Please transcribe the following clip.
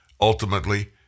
Ultimately